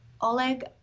Oleg